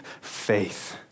faith